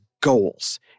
goals